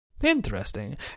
interesting